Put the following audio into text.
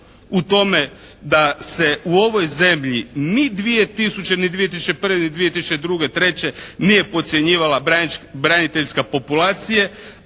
u tome da se u ovoj zemlji ni 2000. ni 2001. ni 2002., 2003. nije podcjenjivala braniteljska populacija.